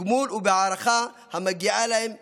בתגמול ובהערכה המגיעה להם בדין.